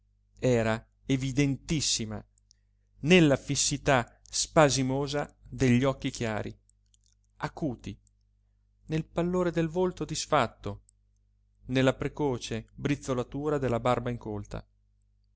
era evidentissima nella fissità spasimosa degli occhi chiari acuti nel pallore del volto disfatto nella precoce brizzolatura della barba incolta